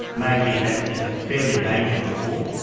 maybe that is a fairly major reform,